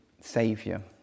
saviour